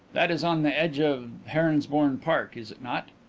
that is on the edge of heronsbourne park, is it not?